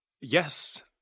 Yes